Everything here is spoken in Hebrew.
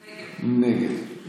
נגד.